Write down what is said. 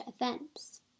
events